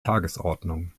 tagesordnung